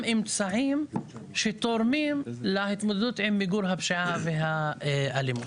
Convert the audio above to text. כולם אמצעים שתורמים להתמודדות עם מיגור הפשיעה והאלימות.